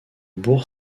bourg